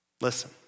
Listen